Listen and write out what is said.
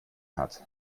hat